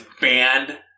banned